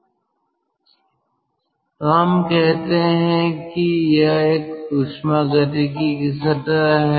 तो हम कहते हैं कि यह एक ऊष्मागतिकी की सतह है